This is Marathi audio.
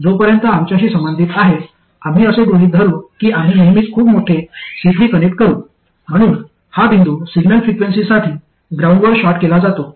जोपर्यंत आमच्याशी संबंधित आहे आम्ही असे गृहित धरू की आम्ही नेहमीच खूप मोठे C3 कनेक्ट करू म्हणून हा बिंदू सिग्नल फ्रिक्वेन्सीसाठी ग्राउंडवर शॉर्ट केला जातो